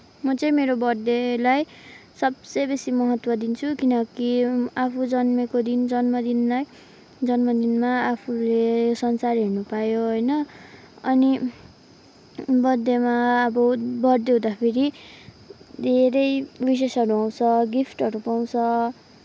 म चाहिँ मेरो बर्थडेलाई सबसे बेसी महत्त्व दिन्छु किनकि आफू जन्मेको दिन जन्मदिनलाई जन्मदिनमा आफूले संसार हेर्न पायो होइन अनि बर्थडेमा अब बर्थडे हुँदाखेरि धेरै विसेसहरू आउँछ गिफ्टहरू पाउँछ